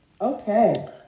Okay